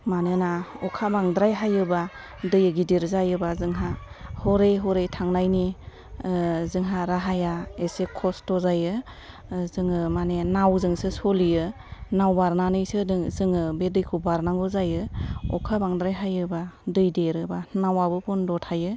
मानोना अखा बांद्राय हायोब्ला दै गिदिर जायोब्ला जोंहा हरै हरै थांनायनि जोंहा राहाया एसे खस्थ जायो जोङो माने नावजोंसो सोलियो नाव बारनानैसो जोङो बे दैखौ बारनांगौ जायो अखा बांद्राय हायोब्ला दै देरोबा नावआबो बन्द थायो